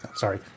Sorry